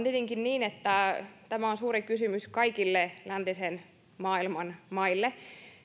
tietenkin niin että tämä on suuri kysymys kaikille läntisen maailman maille